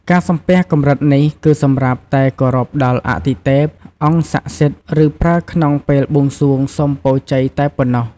ការសំពះកម្រិតនេះគឺសម្រាប់តែគោរពដល់អទិទេព អង្គសក្ដិសិទ្ធិ ឬប្រើក្នុងពេលបួងសួងសុំពរជ័យតែប៉ុណ្ណោះ។